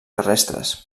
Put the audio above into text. terrestres